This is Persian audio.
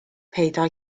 پیدا